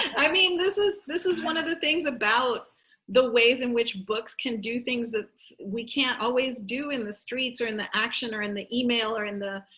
i mean, this is, this is one of the things about the ways in which books can do things that we can't always do in the streets, or in the action, or in the email, or in the,